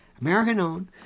American-owned